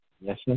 Yes